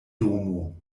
domo